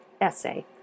essay